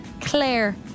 Claire